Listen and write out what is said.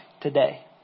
today